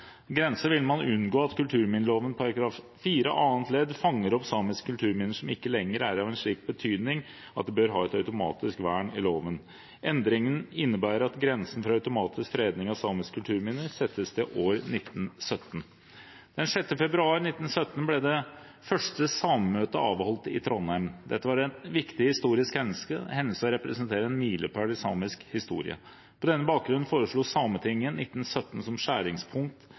vil man unngå at kulturminneloven § 4 andre ledd fanger opp samiske kulturminner som ikke lenger er av en slik betydning at det bør ha et automatisk vern i loven. Endringen innebærer at grensen for automatisk fredning av samiske kulturminner settes til år 1917. Den 6. februar 1917 ble det første samemøtet avholdt i Trondheim. Dette var en viktig historisk hendelse og representerer en milepæl i samisk historie. På denne bakgrunn foreslo Sametinget 1917 som skjæringspunkt